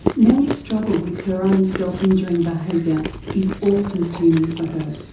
nellie's struggle with her own self injuring behaviour is all consuming for her.